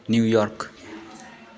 New York